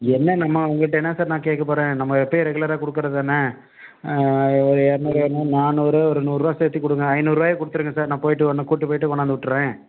என்ன நம்ம உங்கள்கிட்ட என்ன சார் நான் கேட்கப் போகிறேன் நம்ம எப்பயும் ரெகுலராக கொடுக்கறதுதான ஒரு இரநூறு இரநூறு நானூறு ஒரு நூறுரூவா சேத்து கொடுங்க ஐநூறுரூவாயா கொடுத்துருங்க சார் நான் போய்ட்டு உடனே கூட்டி போய்ட்டு கொண்டாந்து விட்டுறேன்